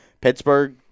Pittsburgh